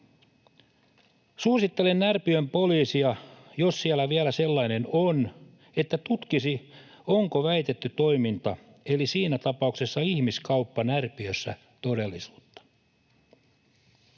Suosittelen Närpiön poliisille, jos siellä vielä sellainen on, että tutkisi, onko väitetty toiminta eli siinä tapauksessa ihmiskauppa Närpiössä todellisuutta.